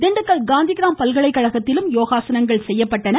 திண்டுக்கல் காந்திகிராம் பல்கலைக்கழகத்திலும் யோகாசனங்கள் செய்யப்பட்டன